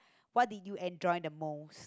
what did you enjoy the most